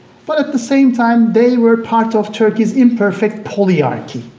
but at the same time they were part of turkey's imperfect polyarchy.